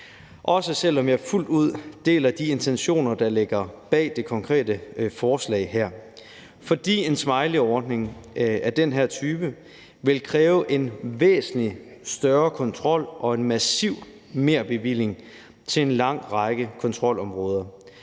også selv om jeg fuldt ud deler de intentioner, der ligger bag det konkrete forslag her, fordi en smileyordning af den her type vil kræve en væsentlig større kontrol og en massiv merbevilling til en lang række kontrolområder